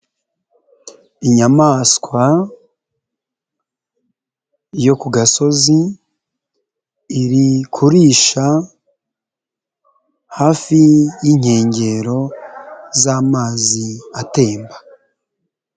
Inyamaswa yo ku gasozi, iri kurisha hafi y'inkengero z'amazi atemba.